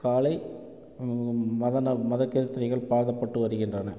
காலை மத மதகீர்த்தனைகள் பாடப்பட்டு வருகின்றன